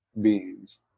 beings